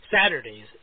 Saturdays